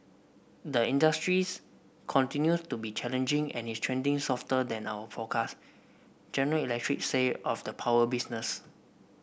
the industries continues to be challenging and is trending softer than our forecast General Electric said of the power business